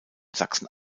sachsen